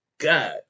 God